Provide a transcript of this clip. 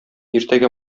иртәгә